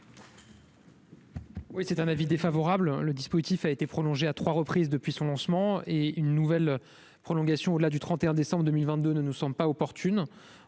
Oui c'est un avis défavorable, le dispositif a été prolongée à 3 reprises depuis son lancement et une nouvelle prolongation au-delà du 31 décembre 2022 ne nous semble pas opportune,